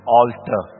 altar